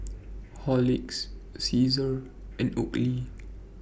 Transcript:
Horlicks Cesar and Oakley